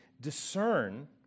discern